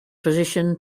position